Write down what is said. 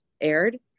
aired